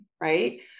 right